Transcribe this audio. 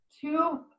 two